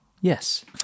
Yes